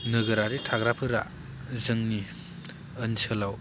नोगोरारि थाग्राफोरा जोंनि ओनसोलाव